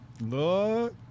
Look